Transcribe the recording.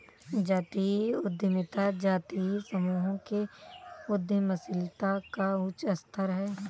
जातीय उद्यमिता जातीय समूहों के उद्यमशीलता का उच्च स्तर है